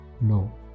No